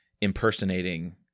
impersonating